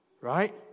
Right